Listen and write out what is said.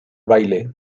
baile